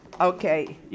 Okay